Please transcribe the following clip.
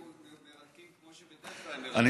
שלא יהיו מרתקים כמו שבדרך כלל הם מרתקים.